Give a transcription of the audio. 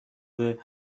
the